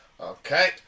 Okay